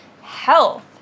health